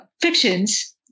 fictions